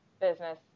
business